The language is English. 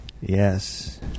Yes